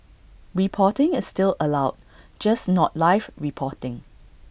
reporting is still allowed just not live reporting